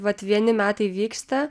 vat vieni metai vyksta